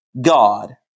God